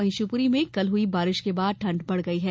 वहीं शिवपुरी में कल हुई बारिश के बाद ठंडक बढ़ गई है